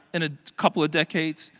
in a couple of decades,